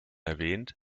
erwähnt